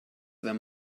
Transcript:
wenn